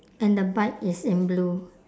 and the bike is in blue